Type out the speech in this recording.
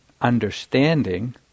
understanding